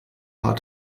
paar